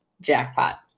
Jackpot